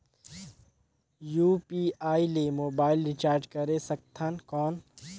UPI ले mobile recharge करे सकथन कौन?